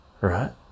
right